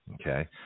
okay